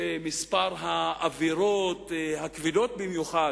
שמספר העבירות הכבדות במיוחד,